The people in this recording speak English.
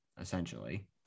essentially